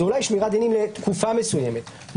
זה אולי שמירת דינים לתקופה מסוימת.